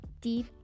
deep